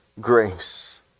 grace